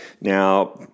Now